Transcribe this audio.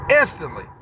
instantly